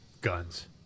guns